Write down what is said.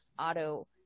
auto